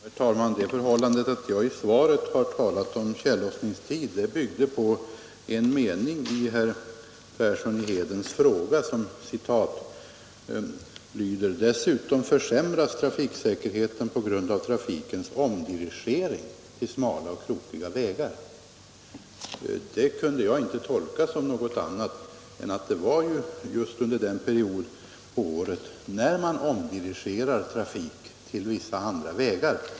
Herr talman! Det förhållandet att jag i mitt svar har talat om tjällossningstiden byggde på följande mening i herr Perssons i Heden fråga: ”Dessutom försämras trafiksäkerheten på grund av trafikens omdirigering till smala och krokiga vägar.” Detta kunde jag inte tolka som något annat än att det gällde just den period av året när man omdirigerar trafik till vissa andra vägar.